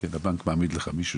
שהבנק מעמיד לך מישהו